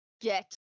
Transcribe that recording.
Get